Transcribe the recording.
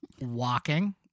walking